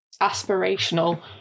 aspirational